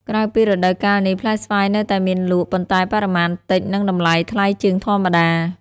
ក្រៅពីរដូវកាលនេះ ផ្លែស្វាយនៅតែមានលក់ ប៉ុន្តែបរិមាណតិច និងតម្លៃថ្លៃជាងធម្មតា។